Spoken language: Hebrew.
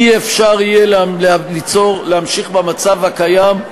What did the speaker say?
לא יהיה אפשר להמשיך במצב הקיים,